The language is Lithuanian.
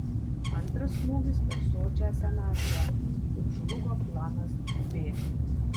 antras smūgis per sočią senatvę kaip žlugo planas b